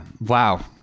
Wow